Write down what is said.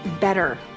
better